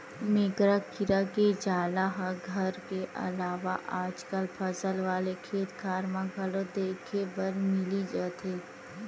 मेकरा कीरा के जाला ह घर के अलावा आजकल फसल वाले खेतखार म घलो देखे बर मिली जथे